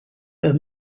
her